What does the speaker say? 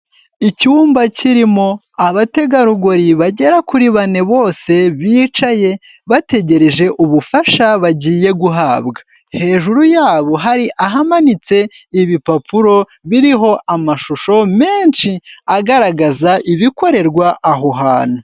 Icyumba kirimo abategarugori bagera kuri bane, bose bicaye bategereje ubufasha bagiye guhabwa, hejuru yabo hari ahamanitse ibipapuro biriho amashusho menshi agaragaza ibikorerwa aho hantu.